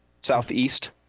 southeast